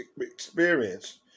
experience